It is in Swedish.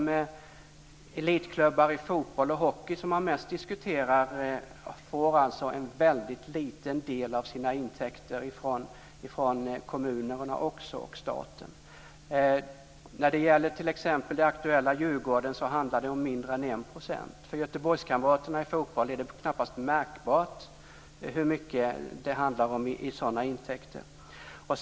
De elitklubbar i fotboll och hockey som man mest diskuterar får en väldigt liten del av sina intäkter ifrån kommunerna och staten. När det t.ex. gäller det aktuella Djurgården handlar det om mindre än en procent. För Göteborgskamraterna i fotboll är den intäkten knappast märkbar.